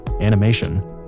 animation